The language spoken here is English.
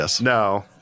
No